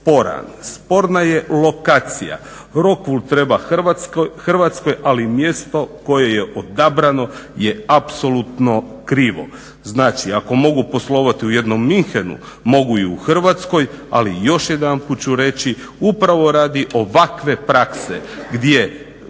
sporna je lokacija. Rockwooll treba Hrvatskoj, ali mjesto koje je odabrano je apsolutno krivo. Znači, ako mogu poslovati u jednom Münchenu mogu i u Hrvatskoj, ali još jedanput ću reći upravo radi ovakve prakse gdje